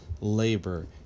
labor